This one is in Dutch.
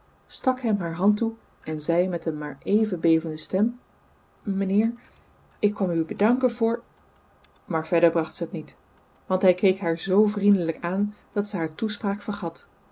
hem haar hand toe en zei met een maar even bevende stem mijnheer ik kwam u bedanken voor maar verder bracht ze het niet want hij keek haar zoo vriendelijk aan dat ze haar toespraak vergat